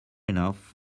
enough